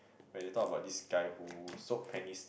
where they talk about this guy who sold penny